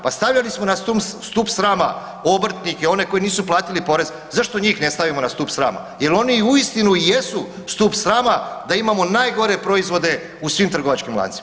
Pa stavljali smo na stup srama obrtnike, one koji nisu platili porez, zašto njih ne stavimo na stup srama, jel oni i uistinu i jesu stup srama da imamo najgore proizvode u svim trgovačkim lancima.